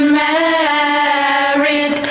married